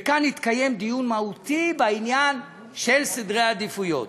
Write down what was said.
וכאן התקיים דיון מהותי בעניין של סדר העדיפויות.